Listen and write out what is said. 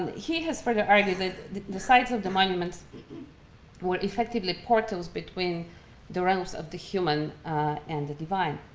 he has further argued that the sites of the monuments were effectively portals between the realms of the human and the divine.